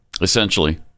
Essentially